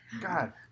God